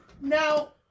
Now